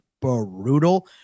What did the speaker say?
brutal